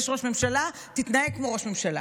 יש ראש ממשלה, תתנהג כמו ראש ממשלה.